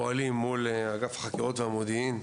אנחנו פועלים מול אגף החקירות והמודיעין,